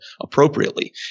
appropriately